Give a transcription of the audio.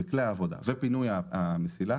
כלי העבודה ופינוי המסילה